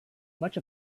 much